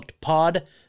pod